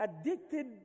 addicted